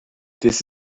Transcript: this